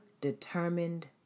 determined